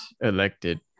elected